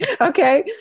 Okay